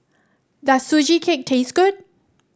does Sugee Cake taste good